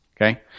okay